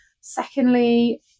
Secondly